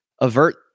avert